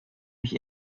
mich